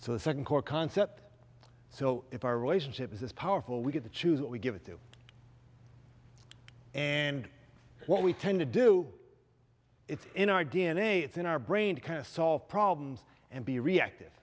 so the second core concept so if our relationship is this powerful we get to choose what we give it to and what we tend to do it's in our d n a it's in our brain to kind of solve problems and be reactive